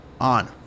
on